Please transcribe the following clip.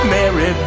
Mary